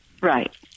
Right